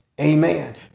Amen